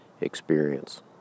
experience